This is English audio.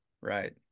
Right